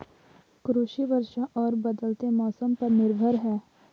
कृषि वर्षा और बदलते मौसम पर निर्भर है